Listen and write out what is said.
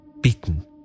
beaten